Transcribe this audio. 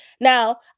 now